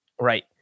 Right